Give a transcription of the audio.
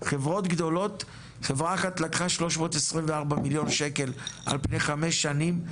חברה אחת לקחה 324 מיליון שקלים על פני חמש שנים,